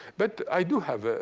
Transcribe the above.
but i do have